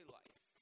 life